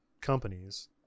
companies